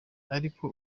ariko